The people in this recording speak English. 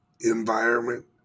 environment